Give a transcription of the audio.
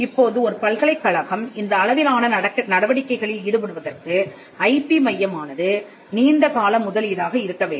இப்போது ஒரு பல்கலைக்கழகம் இந்த அளவிலான நடவடிக்கைகளில் ஈடுபடுவதற்கு ஐபி மையமானது நீண்ட கால முதலீடாக இருக்க வேண்டும்